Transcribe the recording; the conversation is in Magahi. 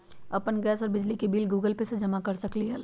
अपन गैस और बिजली के बिल गूगल पे से जमा कर सकलीहल?